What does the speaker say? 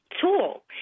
Tool